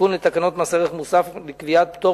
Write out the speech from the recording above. תיקון לתקנות מס ערך מוסף לקביעת פטור